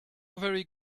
very